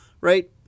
right